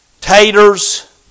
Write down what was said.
taters